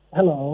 Hello